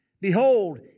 Behold